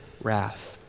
wrath